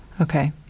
Okay